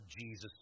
Jesus